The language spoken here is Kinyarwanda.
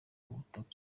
ubutaka